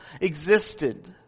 existed